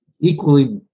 equally